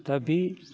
दा बे